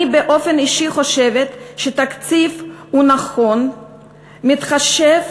אני באופן אישי חושבת שהתקציב הוא נכון, מתחשב